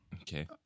Okay